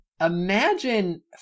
imagine